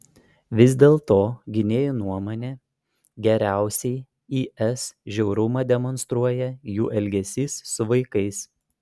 vis dėlto gynėjų nuomone geriausiai is žiaurumą demonstruoja jų elgesys su vaikais